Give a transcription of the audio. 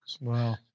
Wow